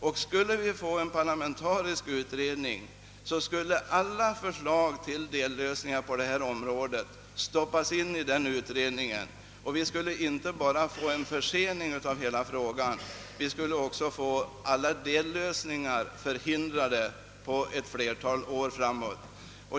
Om vi får en parlamentarisk utredning kommer alla förslag till dellösningar på detta område att stoppas in i den utredningen, och då blir inte bara hela frågan försenad utan även alla dellösningar försenade i flera år.